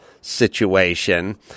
situation